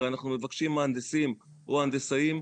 הרי אנחנו מבקשים מהנדסים או הנדסאים.